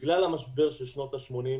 בגלל המשבר של שנות ה-80',